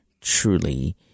truly